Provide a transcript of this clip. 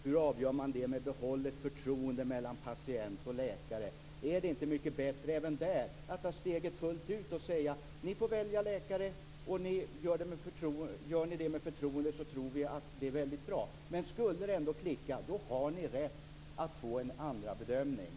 Hur avgör man det med bibehållet förtroende mellan patient och läkare? Är det inte mycket bättre även där att ta steget fullt ut och säga: Ni får välja läkare. Gör ni det med förtroende, så tycker vi att det är bra. Skulle det ändå klicka, så har ni rätt att få en andra bedömning.